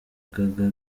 gaga